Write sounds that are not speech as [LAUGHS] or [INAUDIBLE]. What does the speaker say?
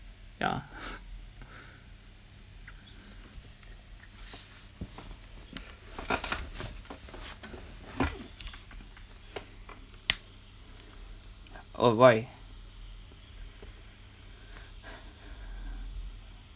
ya [LAUGHS] oh why